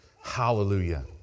Hallelujah